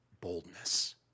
boldness